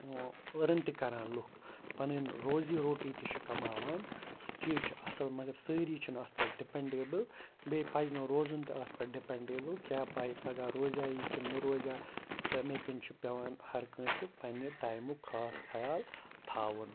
earn تہٕ کَران لُکھ پَنٕنۍ روزی روٹی تہِ چھِ کَماوان سُہ چیٖز چھُ اَصٕل مگر سٲری چھِںہٕ اَتھ پٮ۪ٹھ ڈِپٮ۪نٛڈیبٕل بیٚیہِ پَزِ نہٕ روزُن تہِ اَتھ پٮ۪ٹھ ڈِپٮ۪نٛڈیبٕل کیٛاہ پَے پَگاہ روزیا یہِ کِنہٕ نہٕ روزیا تَمے کِنۍ چھُ پٮ۪وان ہرکٲنٛسہِ پنٛنہِ ٹایمُک خاص خیال تھاوُن